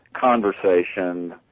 conversation